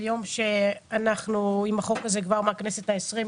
אנחנו עם החוק הזה כבר מהכנסת העשרים,